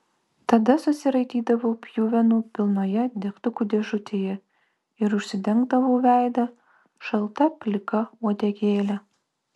tada susiraitydavau pjuvenų pilnoje degtukų dėžutėje ir užsidengdavau veidą šalta plika uodegėle